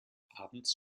abends